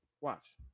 watch